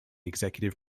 executive